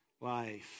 life